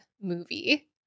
movie